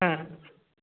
हा